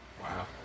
Wow